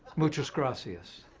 muchas gracias.